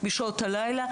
בשעות הלילה,